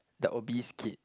the obese kid